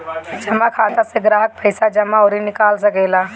जमा खाता से ग्राहक पईसा जमा अउरी निकाल सकेला